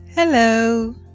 Hello